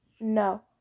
No